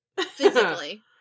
physically